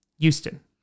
Houston